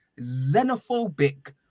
xenophobic